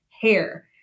hair